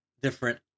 different